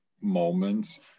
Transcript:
moments